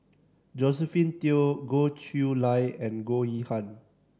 Josephine Teo Goh Chiew Lye and Goh Yihan